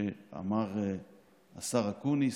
שאמר השר אקוניס,